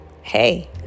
hey